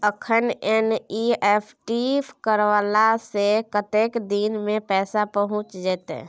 अखन एन.ई.एफ.टी करला से कतेक दिन में पैसा पहुँच जेतै?